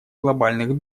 глобальных